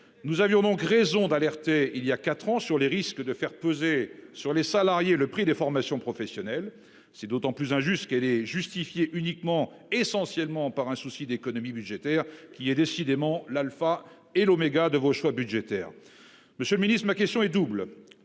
Nous avions donc raison d'alerter, il y a 4 ans sur les risques de faire peser sur les salariés. Le prix des formations professionnelles. C'est d'autant plus injuste qu'elle est justifiée uniquement et essentiellement par un souci d'économie budgétaire qui est décidément l'Alpha et l'oméga de vos choix budgétaires. Monsieur le Ministre, ma question est double.